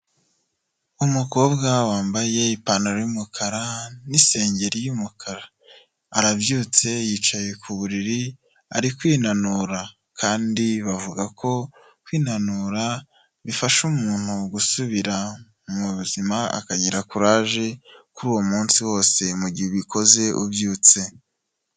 Umukobwa wambaye ipantaro y'umukara, n'isengeri y'umukara, arabyutse yicaye ku buriri, ari kwinanura kandi bavuga ko kwinanura bifasha umuntu gusubira mu buzima akagira kuraje, kuri uwo munsi wose mu gihe ubikoze ubyutse.